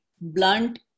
blunt